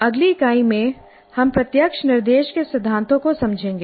अगली इकाई में हम प्रत्यक्ष निर्देश के सिद्धांतों को समझेंगे